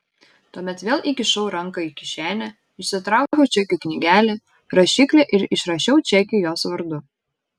tuomet vėl įkišau ranką į kišenę išsitraukiau čekių knygelę rašiklį ir išrašiau čekį jos vardu